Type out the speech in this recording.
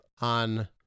on